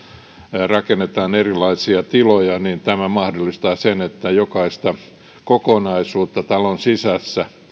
rakennetaan erilaisia tiloja tämä mahdollistaa sen että jokaista kokonaisuutta talon sisässä